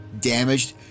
damaged